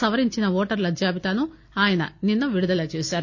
సవరించిన ఓటర్ల జాబితాను ఆయన నిన్స విడుదల చేశారు